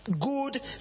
good